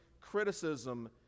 criticism